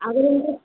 अगर उनको